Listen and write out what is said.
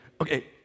okay